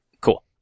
Cool